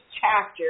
chapter